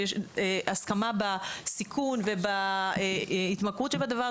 הסכמה בסיכון ובהתמכרות שבדבר,